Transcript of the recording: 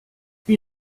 wie